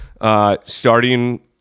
Starting